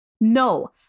No